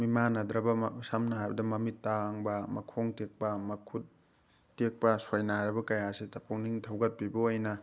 ꯃꯤꯃꯥꯟꯅꯗ꯭ꯔꯕ ꯁꯝꯅ ꯍꯥꯏꯔꯕꯗ ꯃꯃꯤꯠ ꯇꯥꯡꯕ ꯃꯈꯣꯡ ꯇꯦꯛꯄ ꯃꯈꯨꯠ ꯇꯦꯛꯄ ꯁꯣꯏꯅꯥꯏꯔꯕ ꯀꯌꯥꯁꯤꯗ ꯄꯨꯛꯅꯤꯡ ꯊꯧꯒꯠꯄꯤꯕ ꯑꯣꯏꯅ